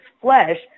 flesh